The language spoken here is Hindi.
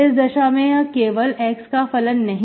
इस दशा में यह केवल x का फलन नहीं है